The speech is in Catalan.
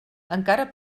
encara